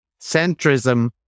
centrism